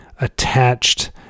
attached